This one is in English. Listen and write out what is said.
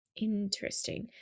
interesting